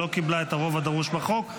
לא קיבלה את הרוב הדרוש בחוק.